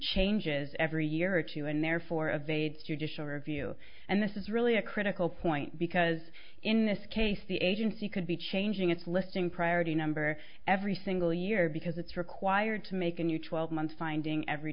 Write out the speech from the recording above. changes every year or two and therefore of aid judicial review and this is really a critical point because in this case the agency could be changing its listing priority number every single year because it's required to make a new twelve month finding every